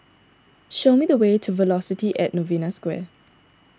show me the way to Velocity at Novena Square